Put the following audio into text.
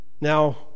Now